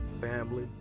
family